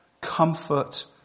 Comfort